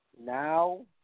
now